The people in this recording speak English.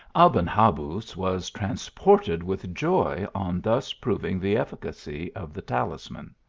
aben habuz was transported with joy on thus proving the efficacy of the talisman.